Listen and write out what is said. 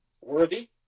worthy